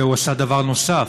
והוא עשה דבר נוסף: